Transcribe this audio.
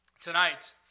tonight